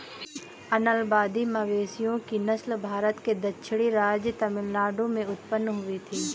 अलंबादी मवेशियों की नस्ल भारत के दक्षिणी राज्य तमिलनाडु में उत्पन्न हुई थी